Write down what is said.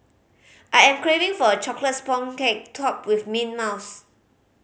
I am craving for a chocolate sponge cake topped with mint mousse